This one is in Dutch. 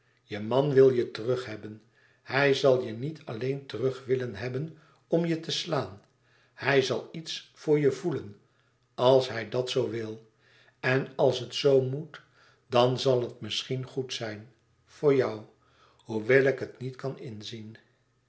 je man wil je terug hebben hij zal je niet alleen terug willen hebben om je te slaan hij zal iets voor je voelen als hij dat zoo wil en als het zoo moet dan zal het misschien goed zijn voor jou hoewel ik het zoo niet kan inzien